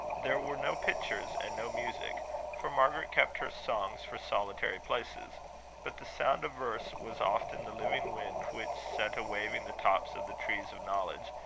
there were no pictures and no music for margaret kept her songs for solitary places but the sound of verse was often the living wind which set a-waving the tops of the trees of knowledge,